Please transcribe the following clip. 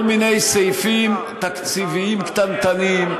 כל מיני סעיפים תקציביים קטנטנים.